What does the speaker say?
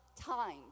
times